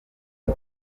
bwo